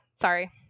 Sorry